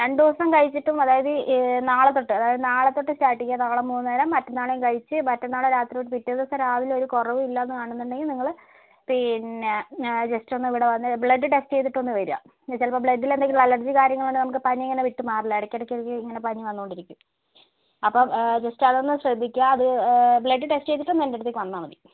രണ്ട് ദിവസം കഴിച്ചിട്ടും അതായത് നാളെ തൊട്ട് അതായത് നാളെ തൊട്ട് സ്റ്റാര്ട്ട് ചെയ്യുക നാളെ മൂന്ന് നേരം മറ്റന്നാളും കഴിച്ച് മറ്റന്നാൾ രാത്രി പിറ്റേദിവസം രാവിലെ ഒരു കുറവും കാണുന്നില്ല എന്ന് ഉണ്ടെങ്കിൽ നിങ്ങൾ പിന്നെ ജസ്റ്റ് ഒന്ന് ഇവിടെ വന്ന് ബ്ലഡ് ടെസ്റ്റ് ചെയ്തിട്ട് ഒന്ന് വരിക ചിലപ്പോൾ ബ്ലഡില് എന്തെങ്കിലും അലര്ജി കാര്യങ്ങൾ ഉണ്ടെങ്കില് പനി ഇങ്ങനെ വിട്ടുമാറില്ല ഇടയ്ക്കിടയ്ക്ക് ഇങ്ങനെ പനി വന്നുകൊണ്ടിരിക്കും അപ്പോൾ ജസ്റ്റ് അതൊന്നു ശ്രദ്ധിക്കുക ബ്ലഡ് ടെസ്റ്റ് ചെയ്തിട്ട് ഒന്ന് എന്റെ അടുത്തേക്ക് വന്നാൽ മതി